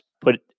put